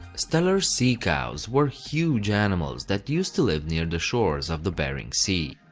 steller's sea cows were huge animals that used to live near the shores of the bering sea.